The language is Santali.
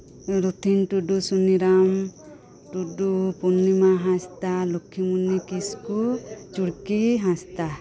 ᱨᱩᱛᱷᱤᱱ ᱴᱩᱰᱩ ᱥᱩᱱᱤᱨᱟᱢ ᱴᱩᱰᱩ ᱯᱩᱨᱱᱤᱢᱟ ᱦᱟᱸᱥᱫᱟ ᱞᱚᱠᱷᱤᱢᱚᱱᱤ ᱠᱤᱥᱠᱩ ᱪᱩᱲᱠᱤ ᱦᱟᱸᱥᱫᱟ